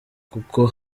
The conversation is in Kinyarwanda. kuko